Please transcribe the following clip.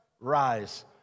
rise